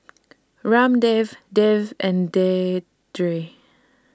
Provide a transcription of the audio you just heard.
Ramdev Dev and Vedre